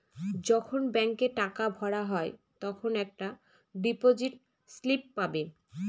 যখন ব্যাঙ্কে টাকা ভরা হয় তখন একটা ডিপোজিট স্লিপ পাবে